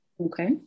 Okay